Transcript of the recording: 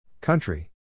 Country